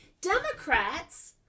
Democrats